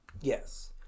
Yes